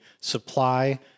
supply